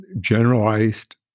generalized